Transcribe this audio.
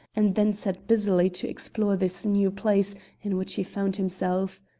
and then set busily to explore this new place in which he found himself.